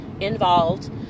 involved